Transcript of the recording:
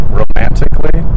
romantically